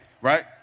right